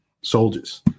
soldiers